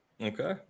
Okay